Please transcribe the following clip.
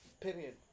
Period